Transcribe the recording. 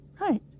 Right